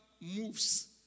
moves